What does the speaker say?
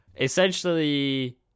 essentially